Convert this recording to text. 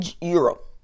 Europe